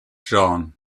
john